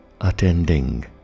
attending